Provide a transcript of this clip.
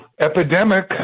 epidemic